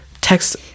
Text